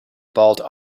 bald